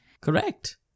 Correct